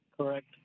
Correct